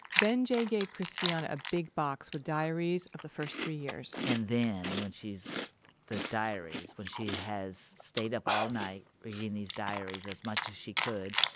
then j gave christiana a big box with diaries of the first three years and then, when she's the diaries. when she has stayed up all night reading these diaries as much as she could,